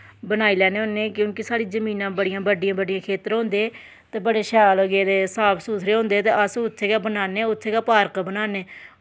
बनाई लैन्ने होन्ने क्युंकि साढ़ी जमीनां बड़ियां बड्डियां बड्डियां खेत्तर होंदे ते बड़े शैल गेदे साफ सुथरे गेदे साफ सुथरे होंदे ते अस उत्थें गै बनाने उत्थें गै पार्क बनाने